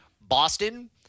Boston